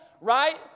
right